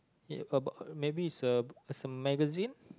ya about maybe some some magazine